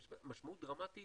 יש משמעות דרמטית